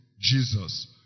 Jesus